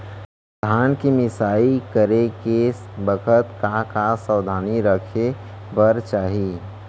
धान के मिसाई करे के बखत का का सावधानी रखें बर चाही?